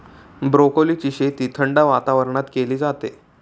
ब्रोकोलीची शेती थंड वातावरणात केली जाते